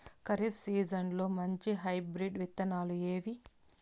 ఖరీఫ్ సీజన్లలో మంచి హైబ్రిడ్ విత్తనాలు ఏవి